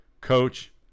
coach